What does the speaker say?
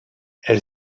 elle